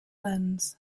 lens